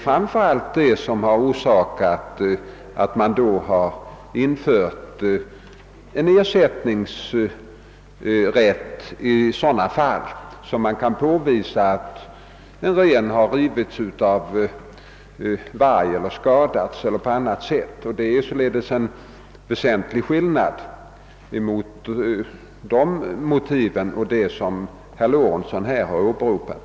Framför allt detta torde ha lett till att en ersättningsrätt införts i sådana fall där man exempelvis kan påvisa att en ren rivits av varg eller dödats på annat sätt. Det är alltså en väsentlig skillnad mellan dessa motiv och de som herr Lorentzon här har åberopat.